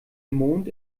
mond